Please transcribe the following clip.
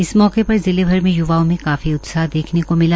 इस मौके पर जिले भर में य्वाओं में काफी उत्साह देखने को मिला